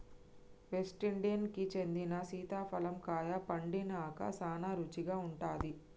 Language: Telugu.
వెస్టిండీన్ కి చెందిన సీతాఫలం కాయ పండినంక సానా రుచిగా ఉంటాది